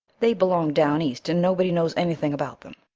they belong down east and nobody knows anything about them.